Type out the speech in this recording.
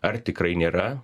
ar tikrai nėra